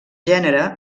gènere